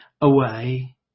away